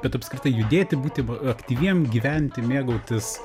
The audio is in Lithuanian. bet apskritai judėti būti aktyviem gyventi mėgautis